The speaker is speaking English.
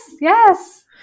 yes